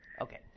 Okay